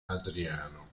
adriano